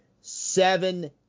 seven